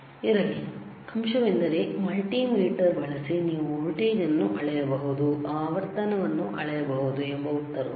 ಇಲ್ಲಿರುವ ಅಂಶವೆಂದರೆ ಮಲ್ಟಿಮೀಟರ್ಬಳಸಿ ನೀವು ವೋಲ್ಟೇಜ್ ಅನ್ನು ಅಳೆಯಬಹುದು ಆವರ್ತನವನ್ನುಅಳೆಯಬಹುದು ಎಂಬ ಉತ್ತರವು ಹೌದು